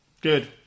good